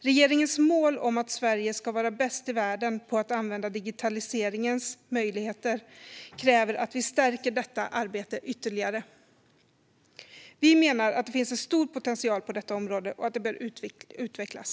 Regeringens mål om att Sverige ska vara bäst i världen på att använda digitaliseringens möjligheter kräver att vi stärker detta arbete ytterligare. Vi menar att det finns en stor potential på detta område och att det bör utvecklas.